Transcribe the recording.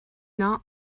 not